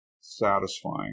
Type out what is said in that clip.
satisfying